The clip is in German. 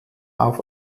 auf